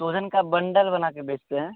सोहजन का बंडल बना कर बेचते हैं